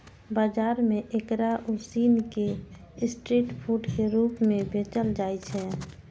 बाजार मे एकरा उसिन कें स्ट्रीट फूड के रूप मे बेचल जाइ छै